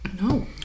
No